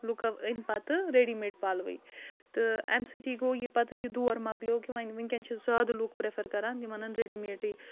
لُکَو أنۍ پتہٕ ریٚڈی میٹ پلوٕے تہٕ اَمہِ سۭتھٕے گوٚو یہِ پَتہٕ یہِ دور مۄکلیو کہِ وَنہِ وٕنکٮ۪ن چھِ زیادٕ لُکھ پرٮ۪فر کَران یِم اَنٕنۍ ریٚڈی میٹٕے